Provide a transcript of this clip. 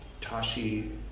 Tashi